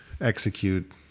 execute